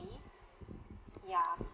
ya